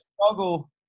struggle